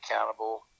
accountable